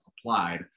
applied